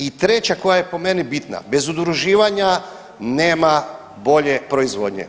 I treća koja je po meni bitna, bez udruživanja nema bolje proizvodnje.